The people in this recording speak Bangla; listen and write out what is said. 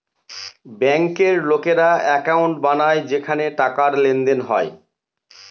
ব্যাঙ্কের লোকেরা একাউন্ট বানায় যেখানে টাকার লেনদেন হয়